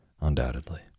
Undoubtedly